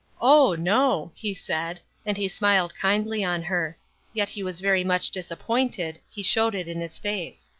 oh, no, he said, and he smiled kindly on her yet he was very much disappointed he showed it in his face.